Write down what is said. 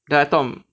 then I thought